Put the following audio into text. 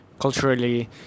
culturally